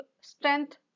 strength